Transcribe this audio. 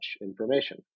information